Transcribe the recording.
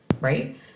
Right